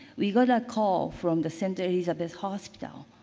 we got a call from the center is at this hospital.